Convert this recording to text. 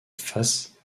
face